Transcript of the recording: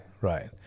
right